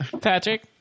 Patrick